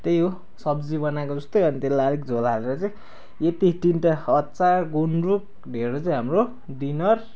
त्यही हो सब्जी बनाएको जस्तै अनि त्यसलाई अलिक झोल हालेर चाहिँ यति तिनटा अचार गुन्द्रुक ढेँडो चाहिँ हाम्रो डिनर